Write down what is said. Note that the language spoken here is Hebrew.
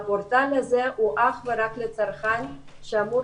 הפורטל הזה הוא אך ורק לצרכן שאמור